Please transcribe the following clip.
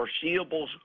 foreseeable